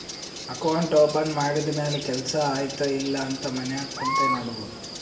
account open ಮಾಡಿದ ಮ್ಯಾಲ ಕೆಲ್ಸಾ ಆಯ್ತ ಇಲ್ಲ ಅಂತ ಮನ್ಯಾಗ್ ಕುಂತೆ ನೋಡ್ಬೋದ್